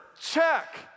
check